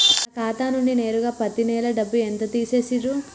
నా ఖాతా నుండి నేరుగా పత్తి నెల డబ్బు ఎంత తీసేశిర్రు?